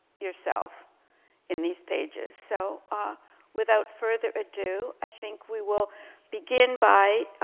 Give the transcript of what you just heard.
yourself in these pages. so ah without further ado, i think we will begin by,